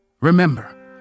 Remember